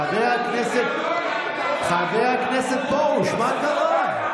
חבר הכנסת פרוש, מה קרה?